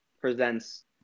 presents